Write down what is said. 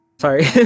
sorry